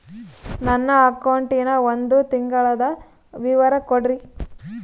ನನ್ನ ಅಕೌಂಟಿನ ಒಂದು ತಿಂಗಳದ ವಿವರ ಕೊಡ್ರಿ?